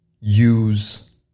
use